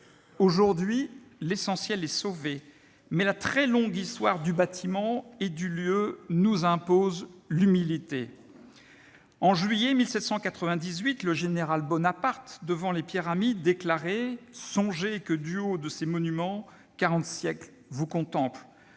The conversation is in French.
Aujourd'hui, l'essentiel est sauvé, mais la très longue histoire du bâtiment et du lieu nous impose l'humilité. En juillet 1798, le général Bonaparte, devant les pyramides, déclarait :« Songez que du haut de ces monuments quarante siècles vous contemplent.